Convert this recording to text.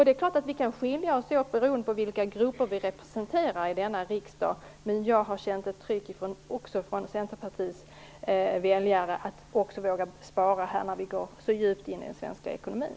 Det är klart att vi kan skilja oss åt beroende på vilka grupper vi representerar i denna riksdag, men jag har känt ett tryck från Centerpartiets väljare att också våga spara här, när vi går så djupt i den svenska ekonomin.